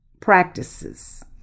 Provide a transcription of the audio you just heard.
practices